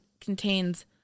contains